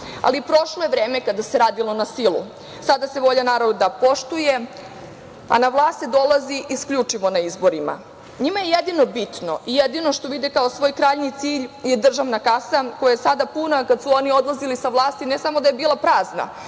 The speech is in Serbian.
ali prošlo je vreme kada se radilo na silu. Sada se volja naroda poštuje, a na vlast se dolazi isključivo na izborima. Njima je jedino bitno i jedino što vide kao svoj krajnji cilj državna kasa koja je sada puna, a kada su oni odlazili sa vlasti ne samo da je bila prazna,